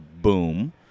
Boom